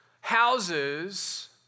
Houses